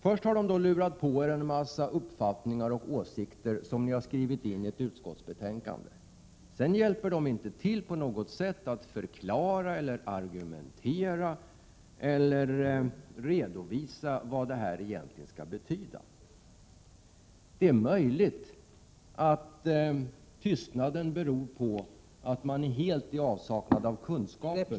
Först har de lurat på er socialdemokrater en massa uppfattningar och åsikter som ni har skrivit in i utskottsbetänkandet, men sedan hjälper de inte till på något sätt med att förklara, argumentera eller redovisa vad detta egentligen skall betyda. Det är möjligt att tystnaden beror på en total avsaknad av kunskaper...